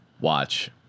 watch